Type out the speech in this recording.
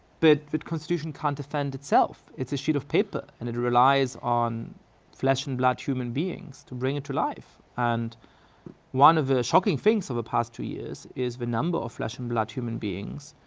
but the constitution can't defend itself, it's a sheet of paper. and it relies on flesh and blood human beings to bring it to life. and one of the shocking things of the past two years is the number of flesh and blood human beings,